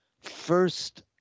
first